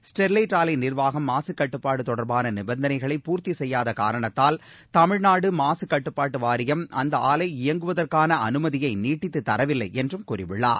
Sterlite ஆலை நிர்வாகம் மாசுகட்டுப்பாடு தொடர்பான நிபந்தனைகளை பூர்த்தி செய்யாத காரணத்தால் தமிழ்நாடு மாசுகட்டுப்பாட்டு வாரியம் அந்த ஆலை இயங்குவதற்கான அனுமதியை நீட்டித்து தரவில்லை என்றும் கூறியுள்ளார்